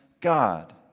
God